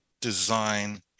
design